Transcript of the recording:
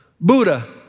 Buddha